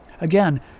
Again